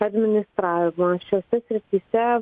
administravimas šiose srityse